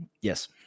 yes